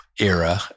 era